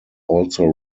also